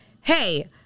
hey